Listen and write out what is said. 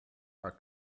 are